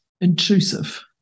intrusive